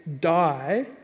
die